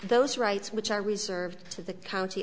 those rights which are reserved to the county